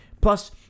Plus